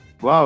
Wow